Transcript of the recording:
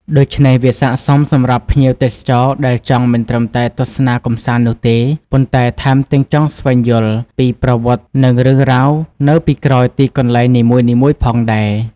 ដូច្នេះ វាស័ក្តិសមសម្រាប់ភ្ញៀវទេសចរដែលចង់មិនត្រឹមតែទស្សនាកម្សាន្តនោះទេ ប៉ុន្តែថែមទាំងចង់ស្វែងយល់ពីប្រវត្តិ និងរឿងរ៉ាវនៅពីក្រោយទីកន្លែងនីមួយៗផងដែរ។